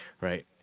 right